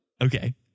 Okay